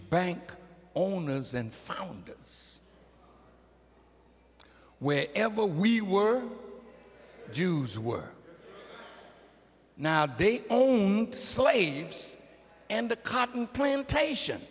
bank owners and found where ever we were jews were now day own slaves and a cotton plantation